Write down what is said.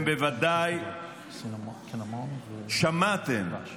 בוודאי שמעתם